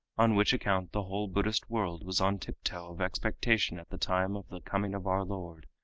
on which account the whole buddhist world was on tiptoe of expectation at the time of the coming of our lord,